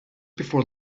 before